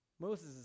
Moses